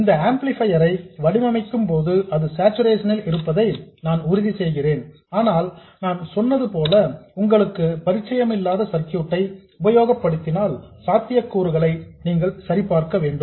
இந்த ஆம்ப்ளிபையர் ஐ வடிவமைக்கும்போது அது சார்சுரேஷன் ல் இருப்பதை நான் உறுதி செய்தேன் ஆனால் நான் சொன்னது போல உங்களுக்கு பரிச்சயமில்லாத சர்க்யூட் ஐ உபயோகப்படுத்தினால் சாத்தியக்கூறுகளை நீங்கள் சரிபார்க்க வேண்டும்